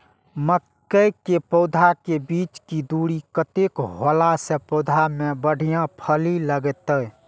मके के पौधा के बीच के दूरी कतेक होला से पौधा में बढ़िया फली लगते?